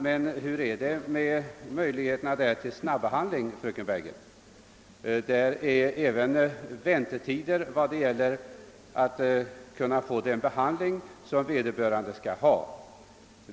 Men hur är det med möjligheterna till snabb behandling inom barnavårdsnämnderna, fröken Bergegren? även där får man vänta på behandlingen.